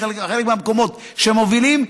בחלק מהמקומות שהם מובילים,